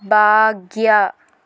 భాగ్య